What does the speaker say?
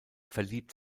verliebt